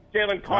Jalen